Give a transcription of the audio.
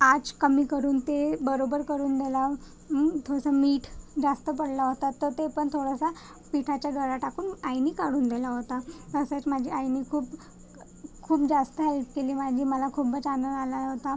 आच कमी करून ते बरोबर करून दिला थोडंसं मीठ जास्त पडला होता तर ते पण थोडंसं पिठाच्या गोळया टाकून आईने काढून दिला होता तसेच माझ्या आईने खूप खूप जास्त हेल्प केली माझी मला खूपच आनंद आला होता